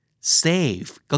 Save